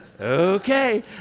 okay